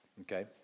Okay